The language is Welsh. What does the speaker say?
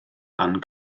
ann